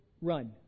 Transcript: Run